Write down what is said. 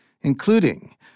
including